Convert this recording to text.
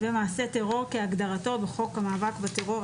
מעשה טרור" כהגדרתו בחוק המאבק בטרור,